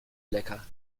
lecker